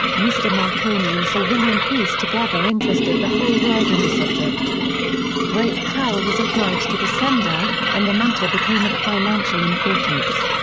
mr. marconi and sir william preece together interested the whole world in the subject great power was applied to the sender, and the matter became of financial importance.